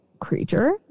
creature